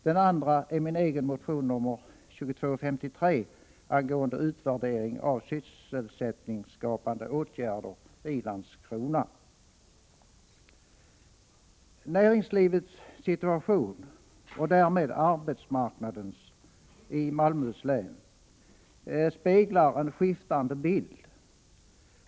Den andra är min egen motion, nr 2253, angående utvärdering av sysselsättningsskapande åtgärder i Landskrona. Näringslivets situation, och därmed arbetsmarknadens, i Malmöhus län speglar en skiftande bild.